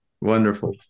Wonderful